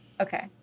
Okay